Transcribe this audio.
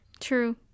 true